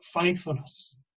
faithfulness